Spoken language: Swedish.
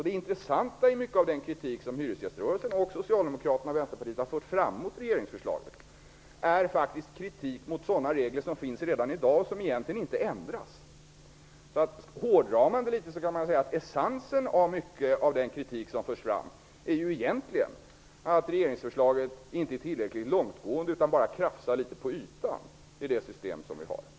Det intressanta är att mycket av den kritik som hyresgäströrelsen, Socialdemokraterna och Vänsterpartiet har fört fram mot regeringsförslaget är kritik mot regler som finns i dag och som egentligen inte ändras. Hårdrar man det kan man säga att essensen i den kritik som förs fram egentligen är att regeringsförslaget inte är tillräckligt långtgående utan bara krafsar på ytan av det system som vi har.